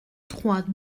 trois